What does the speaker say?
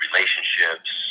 Relationships